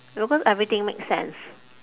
you know cause everything makes sense